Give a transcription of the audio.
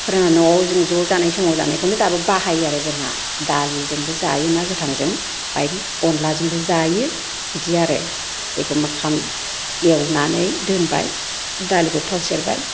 फुराना न'आव जों ज' जानाय समाव जानायखौनो दाबो बाहायो आरो जोंहा दालिजोंबो जायो ना गोथांजों ओमफ्राय अनलाजोंबो जायो बिदि आरो एखमबा खां एवनानै दोनबाय दालिखौ थाव सेरबाय